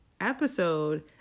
episode